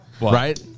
Right